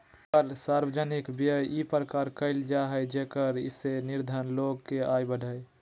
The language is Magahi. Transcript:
कर सार्वजनिक व्यय इ प्रकार कयल जाय जेकरा से निर्धन लोग के आय बढ़य